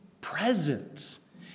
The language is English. presence